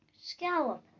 Scallop